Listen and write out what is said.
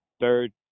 third